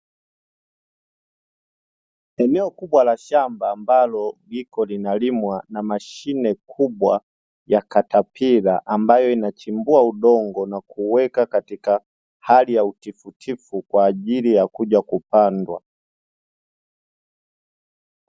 Eneo kubwa la shamba ambalo lipo linalimwa na mshine kubwa ya katapila, ambayo inachimbua udongo na kuweka katika hali ya utifutifu kwa ajili ya kuja kupandwa.